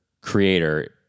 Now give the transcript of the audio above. creator